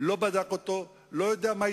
לא בדק, לא יודע מה יתרונותיו,